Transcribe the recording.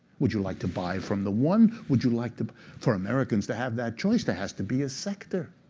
would you like to buy from the one? would you like to for americans to have that choice, there has to be a sector.